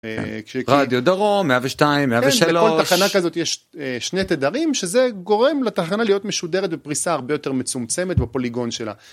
רדיו דרום, 102, 103, בכל תחנה כזאת יש שני תדרים שזה גורם לתחנה להיות משודרת בפריסה הרבה יותר מצומצמת בפוליגון שלה.